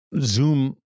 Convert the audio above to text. Zoom